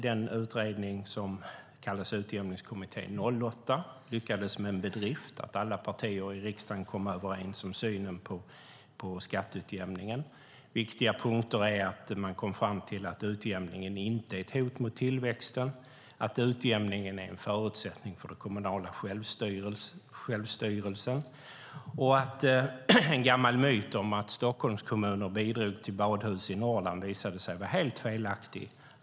Den utredning som har lagts fram av Utjämningskommittén.08 lyckades med en bedrift att alla partier i riksdagen kom överens om synen på skatteutjämningen. Viktiga punkter är att man kom fram till att utjämningen inte är ett hot mot tillväxten, att utjämningen är en förutsättning för den kommunala självstyrelsen och att en gammal myt om att Stockholmskommuner bidrog till badhus i Norrland visade sig vara helt felaktig.